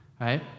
right